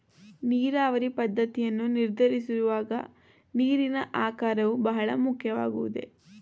ನೀರಾವರಿ ಪದ್ದತಿಯನ್ನು ನಿರ್ಧರಿಸುವಾಗ ನೀರಿನ ಆಕಾರವು ಬಹಳ ಮುಖ್ಯವಾಗುವುದೇ?